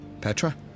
Petra